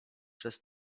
przez